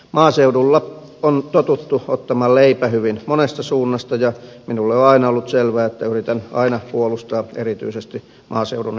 maaseudulla on totuttu ottamaan leipä hyvin monesta suunnasta ja minulle on aina ollut selvää että yritän aina puolustaa erityisesti maaseudun ihmisiä